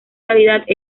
calidad